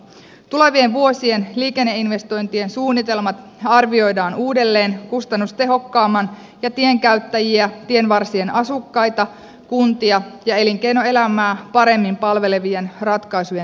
tulevien vuosien liikenneinvestointien suunnitelmat arvioidaan uudelleen kustannustehokkaampien ja tienkäyttäjiä tienvarsien asukkaita kuntia ja elinkeinoelämää paremmin palvelevien ratkaisujen löytämiseksi